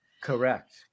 Correct